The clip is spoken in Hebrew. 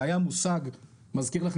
והיה מושג אני מזכיר לכם,